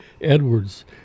Edwards